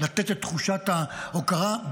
לתת את תחושת ההוקרה,